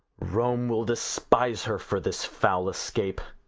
rome will despise her for this foul escape.